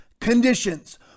conditions